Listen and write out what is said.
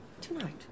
tonight